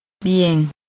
bien